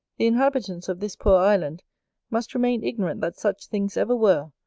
the inhabitants of this poor island must remain ignorant that such things ever were,